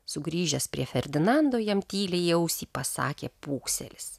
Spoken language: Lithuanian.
sugrįžęs prie ferdinando jam tyliai į ausį pasakė pūkselis